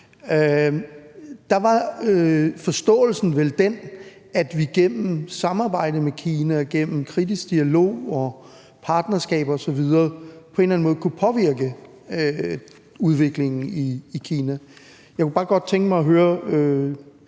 var forståelsen vel den, at vi gennem samarbejde med Kina, gennem kritisk dialog og partnerskab osv. på en eller anden måde kunne påvirke udviklingen i Kina. Jeg kunne bare godt tænke mig at høre